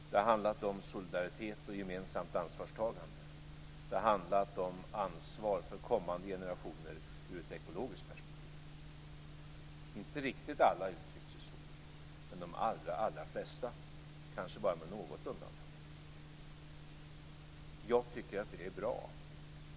Det har handlat om solidaritet och gemensamt ansvarstagande. Det har handlat om ansvar för kommande generationer ur ett ekologiskt perspektiv. Inte riktigt alla har uttryckt sig så, men de allra flesta, kanske bara med något undantag. Jag tycker att det är bra.